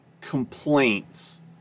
complaints